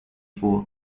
for